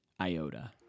Iota